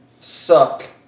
Suck